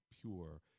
pure